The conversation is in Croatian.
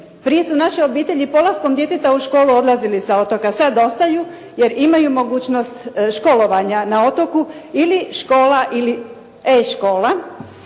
Prije su naše obitelji polaskom djeteta u školu odlazili sa otoka. Sad ostaju jer imaju mogućnost školovanja na otoku ili škola ili e-škola.